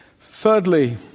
Thirdly